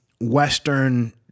Western